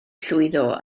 llwyddo